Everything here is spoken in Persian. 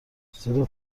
زیرا